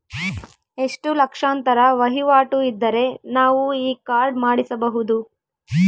ಎಷ್ಟು ಲಕ್ಷಾಂತರ ವಹಿವಾಟು ಇದ್ದರೆ ನಾವು ಈ ಕಾರ್ಡ್ ಮಾಡಿಸಬಹುದು?